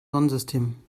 sonnensystem